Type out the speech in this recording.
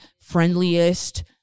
friendliest